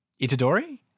Itadori